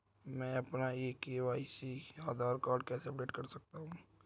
मैं अपना E KYC Aadhaar card कैसे अपडेट कर सकता हूँ?